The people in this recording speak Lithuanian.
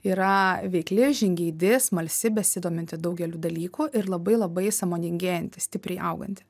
yra veikli žingeidi smalsi besidominti daugeliu dalykų ir labai labai sąmoningėjanti stipriai auganti